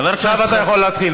עכשיו אתה יכול להתחיל.